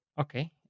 Okay